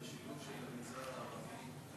שאלה מצוינת.